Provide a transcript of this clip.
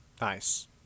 Nice